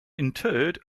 interred